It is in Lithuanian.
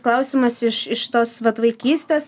klausimas iš iš tos vat vaikystės